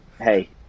Hey